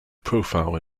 profile